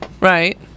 Right